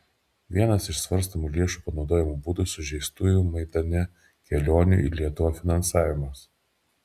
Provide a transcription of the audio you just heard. vienas iš svarstomų lėšų panaudojimo būdų sužeistųjų maidane kelionių į lietuvą finansavimas